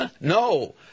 No